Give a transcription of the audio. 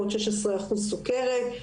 ל-16 אחוז סוכרת.